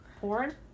porn